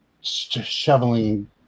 shoveling